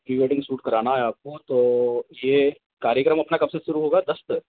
pre wedding shoot कराना है आपको तो यह कार्यक्रम अपना कब से शुरू होगा दस से